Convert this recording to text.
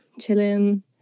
chilling